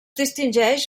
distingeix